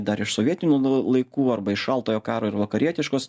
dar iš sovietinių nu laikų arba iš šaltojo karo ir vakarietiškos